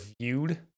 viewed